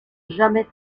jamais